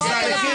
זה תהליכים